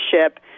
ship